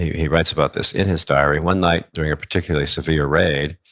he writes about this in his diary, one night during a particularly severe raid,